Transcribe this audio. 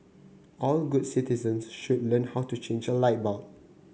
all good citizens should learn how to change a light bulb